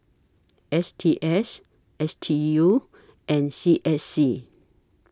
S T S S D U and C S C